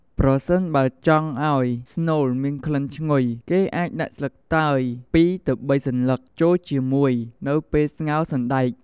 ប្រសិនបើចង់ឲ្យស្នូលមានក្លិនឈ្ងុយ គេអាចដាក់ស្លឹកតើយ ២-៣ សន្លឹកចូលជាមួយនៅពេលស្ងោរសណ្តែក។